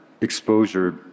exposure